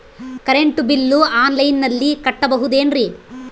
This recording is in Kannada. ಕರೆಂಟ್ ಬಿಲ್ಲು ಆನ್ಲೈನಿನಲ್ಲಿ ಕಟ್ಟಬಹುದು ಏನ್ರಿ?